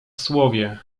słowie